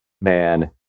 man